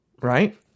right